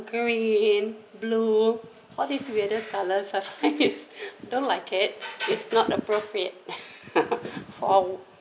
green blue all this weirdest colours have don't like it it's not appropriate for